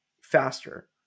faster